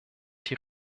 die